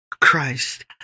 Christ